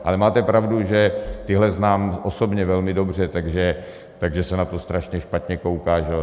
Ale máte pravdu, že tyhle znám osobně velmi dobře, takže se na to strašně špatně kouká.